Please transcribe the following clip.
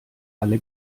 alle